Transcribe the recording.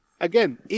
Again